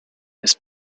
his